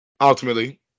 ultimately